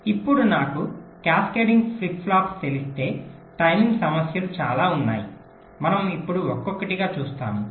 ఇప్పుడు నాకు cascading flip flops తెలిస్తే టైమింగ్ సమస్యలు చాలా ఉన్నాయి మనం ఇప్పుడు ఒక్కొక్కటిగా చూస్తాము